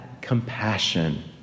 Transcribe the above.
compassion